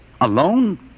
Alone